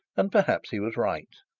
and perhaps he was right.